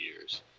years